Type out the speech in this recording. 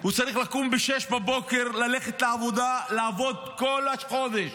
לקום ב-06:00, ללכת לעבודה, לעבוד כל החודש,